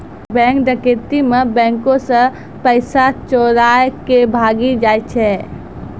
bank डकैती मे बैंको से पैसा चोराय के भागी जाय छै